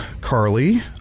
Carly